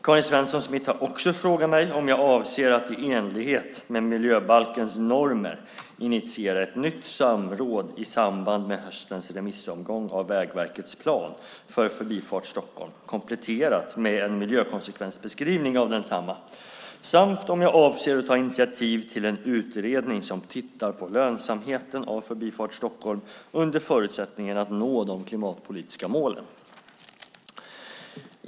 Karin Svensson Smith har också frågat mig om jag avser att i enlighet med miljöbalkens normer initiera ett nytt samråd i samband med höstens remissomgång av Vägverkets plan för Förbifart Stockholm kompletterat med en miljökonsekvensbeskrivning av densamma samt om jag avser att ta initiativ till en utredning som tittar på lönsamheten av Förbifart Stockholm under förutsättningen att nå de klimatpolitiska målen.